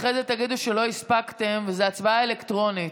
אחרי זה תגידו שלא הספקתם, וזאת הצבעה אלקטרונית.